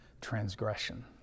transgression